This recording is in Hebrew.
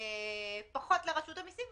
פחות לרשות המיסים,